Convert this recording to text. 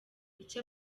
icyo